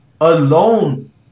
alone